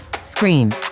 scream